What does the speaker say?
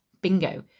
Bingo